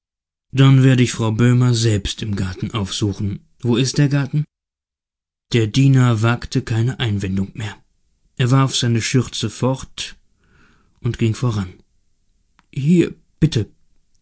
dann werde ich frau boehmer selbst im garten aufsuchen wo ist der garten der diener wagte keine einwendung mehr er warf seine schürze fort und ging voran hier bitte